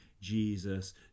Jesus